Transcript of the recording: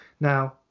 now